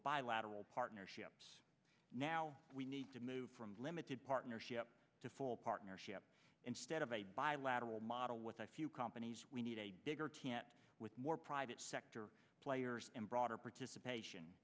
bilateral partnerships now we need to move from limited partnership to full partnership instead of a bilateral model with a few companies we need a bigger can't with more private sector players and broader participation